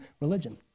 religion